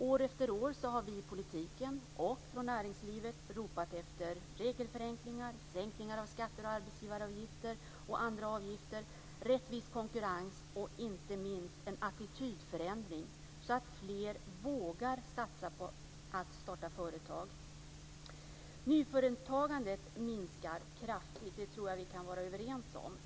År efter år har vi i politiken och från näringslivet ropat efter regelförenklingar, sänkningar av skatter och arbetsgivaravgifter och andra avgifter, rättvis konkurrens och inte minst en attitydförändring, så att fler vågar satsa på att starta företag. Nyföretagandet minskar kraftigt, det tror jag att vi kan vara överens om.